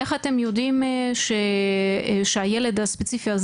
איך אתם יודעים שהילד הספציפי הזה